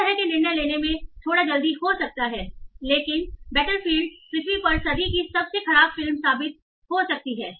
इस तरह के निर्णय लेने में थोड़ा जल्दी हो सकता है लेकिन बैटलफील्ड पृथ्वी इस सदी की सबसे खराब फिल्म साबित हो सकती है